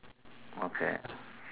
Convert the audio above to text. okay